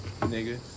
nigga